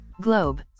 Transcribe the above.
Globe